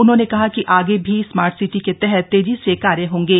उन्होंने कहा कि आगे भी स्मार्ट सिटी के तहत तेजी से कार्य होंगे